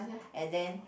and then